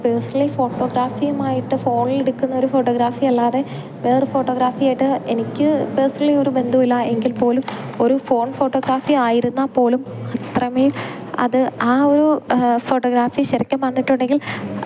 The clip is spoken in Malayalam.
പേഴ്സണലി ഫോട്ടോഗ്രാഫിയുമായിട്ട് ഫോണിലെടുക്കുന്ന ഒരു ഫോട്ടോഗ്രാഫി അല്ലാതെ വേറൊരു ഫോട്ടോഗ്രാഫിയായിട്ട് എനിക്ക് പേഴ്സണലി ഒരു ബന്ധമില്ല എങ്കിൽ പോലും ഒരു ഫോൺ ഫോട്ടോഗ്രാഫി ആയിരുന്നാൽ പോലും അത്രമേൽ അത് ആ ഒരു ഫോട്ടോഗ്രാഫി ശരിക്കും പറഞ്ഞിട്ടുണ്ടെങ്കിൽ